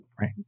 right